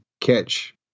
catch